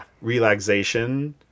relaxation